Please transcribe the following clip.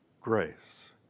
grace